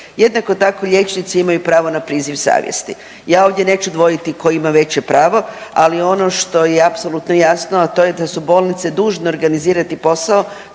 Jednako tako liječnici imaju pravo na priziv savjesti. Ja ovdje neću dvojiti tko ima veće pravo, ali ono što je apsolutno jasno, a to je da su bolnice dužne organizirati posao